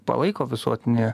palaiko visuotinį